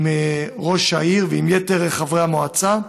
עם ראש העיר ועם יתר חברי המועצה,